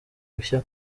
bushya